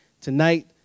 tonight